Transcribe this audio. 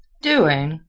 doing!